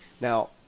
Now